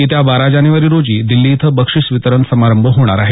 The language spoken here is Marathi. येत्या बारा जानेवारी रोजी नवी दिल्ली इथं बक्षिस वितरण संमारंभ होणार आहे